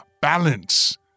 balance